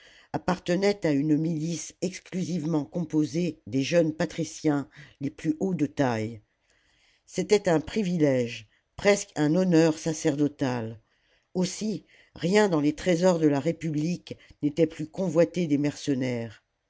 appartenaient à une milice exclusivement composée de jeunes patriciens les plus hauts de taille c'était un privilège f resque un honneur sacerdotal aussi rien dans es trésors de la république n'était plus convoité des mercenaires